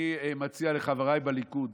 אני מציע לחבריי בליכוד: